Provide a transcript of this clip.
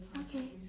okay